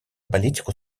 политику